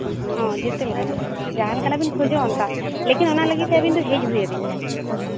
ᱦᱳᱭ ᱡᱮᱛᱮ ᱞᱮᱠᱟᱱᱟᱜ ᱡᱟᱦᱟᱸ ᱞᱮᱠᱟᱱᱟᱜ ᱵᱮᱱ ᱠᱷᱚᱡᱚᱜᱼᱟ ᱚᱱᱠᱟ ᱞᱮᱠᱤᱱ ᱚᱱᱟ ᱞᱟᱹᱜᱤᱫ ᱛᱮ ᱟᱹᱵᱤᱱ ᱦᱮᱡ ᱦᱩᱭ ᱟᱹᱵᱤᱱᱟ